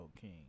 King